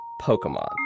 Pokemon